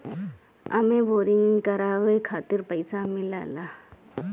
एमे बोरिंग करावे खातिर पईसा मिलेला